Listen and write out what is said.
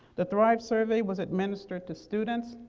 the thrive survey was administered to students,